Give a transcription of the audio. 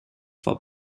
for